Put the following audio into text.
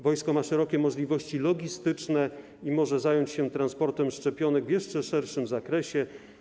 Wojsko ma szerokie możliwości logistyczne i może zająć się transportem szczepionek w jeszcze szerszym zakresie.